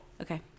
okay